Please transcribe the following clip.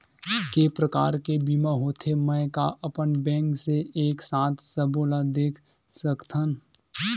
के प्रकार के बीमा होथे मै का अपन बैंक से एक साथ सबो ला देख सकथन?